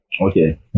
Okay